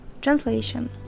Translation